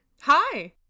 Hi